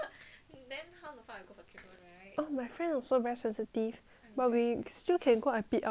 oh but my friend also very sensitive but we still can go I_P_L eh like I_P_L 她一直